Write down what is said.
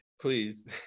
Please